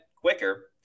quicker